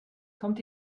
kommt